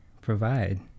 provide